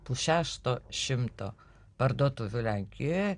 pusšešto šimto parduotuvių lenkijoje